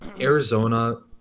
arizona